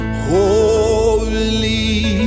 Holy